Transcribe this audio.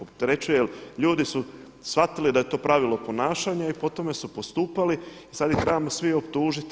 Opterećuje jer ljudi su shvatili da je to pravilo ponašanja i po tome su postupali i sada ih trebamo svi optužiti.